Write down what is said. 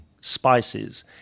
spices